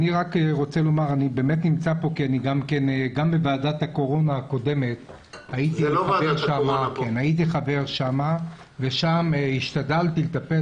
כאן כי אני גם בוועדת הקורונה הקודמת הייתי חבר ושם השתדלתי לטפל